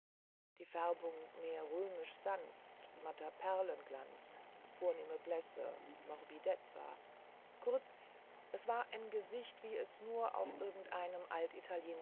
die färbung mehr römisch sanft matter perlenglanz vornehme blässe morbidezza kurz es war ein gesicht wie es nur auf irgendeinem